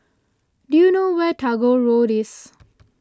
do you know where is Tagore Road